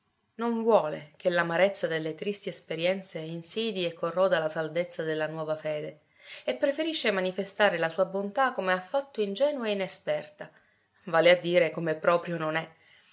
non vuole che l'amarezza delle tristi esperienze insidii e corroda la saldezza della nuova fede e preferisce manifestare la sua bontà come affatto ingenua e inesperta vale a dire come proprio non è